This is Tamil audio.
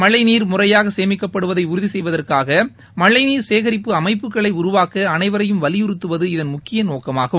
மழைநீர் முறையாக சுமிக்கப்படுவதை உறுதி செய்வதற்காக மழைநீர் சேகரிப்பு அமைப்புகளை உருவாக்க அனைவரையும்வலியுறுத்துவது இதன் முக்கிய நோக்கமாகும்